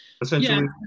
Essentially